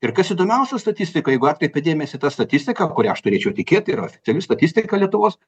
ir kas įdomiausia statistikoj jeigu atkreipiat dėmesį į tą statistiką kuria aš turėčiau tikėt yra oficiali statistika lietuvos